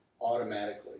automatically